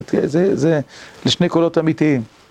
זה, זה לשני קולות אמיתיים.